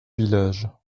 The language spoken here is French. village